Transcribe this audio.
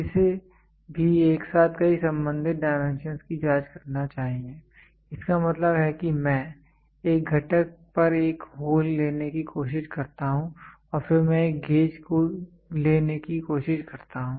इसे भी एक साथ कई संबंधित डाइमेंशंस की जांच करना चाहिए इसका मतलब है कि मैं एक घटक पर एक होल लेने की कोशिश करता हूं और फिर मैं एक गेज लेने की कोशिश करता हूं